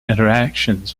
interactions